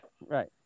Right